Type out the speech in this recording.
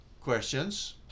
questions